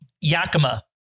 Yakima